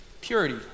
purity